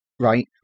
right